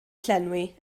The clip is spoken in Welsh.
llenwi